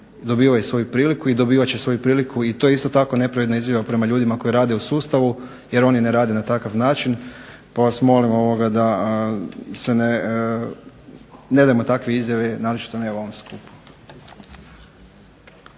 dobivaju svoju priliku i dobivat će svoju priliku. I to je isto tako nepravedna izjava prema ljudima koji rade u sustavu jer oni ne rade na takav način. Pa vas molim da ne dajemo takve izjave naročito ne u ovom smislu.